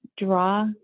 draw